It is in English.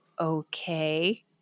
Okay